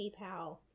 PayPal